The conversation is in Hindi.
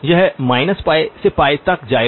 यह π से π तक जाएगा